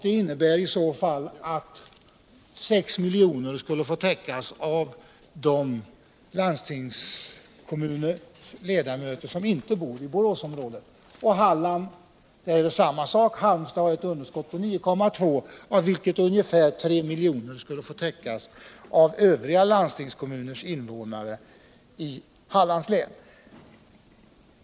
Det innebär att 6 miljoner skulle få täckas av övriga kommuners invånare som inte bor i Boråsområdet. I Halland är det samma sak. Halmstad har ett underskott på 9,2 miljoner, av vilket ungefär 3 miljoner skulle täckas av övriga landstingskommuners invånare i Hallands län.